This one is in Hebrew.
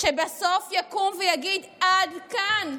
שבסוף יקום ויגיד: עד כאן,